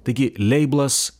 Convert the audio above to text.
taigi leiblas